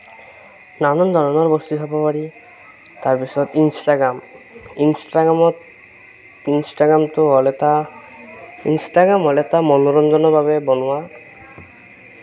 নানান ধৰণৰ বস্তু চাব পাৰি তাৰপিছত ইনষ্টাগ্ৰাম ইনষ্টাগ্ৰামত ইনষ্টাগ্ৰামটো হ'ল এটা ইনষ্টাগ্ৰাম হ'ল এটা মনোৰঞ্জনৰ বাবে বনোৱা